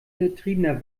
betriebener